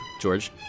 George